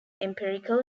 empirical